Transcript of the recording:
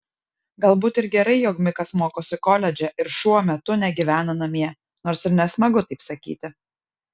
galbūt ir gerai jog mikas mokosi koledže ir šuo metu negyvena namie nors ir nesmagu taip sakyti